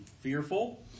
Fearful